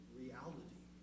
reality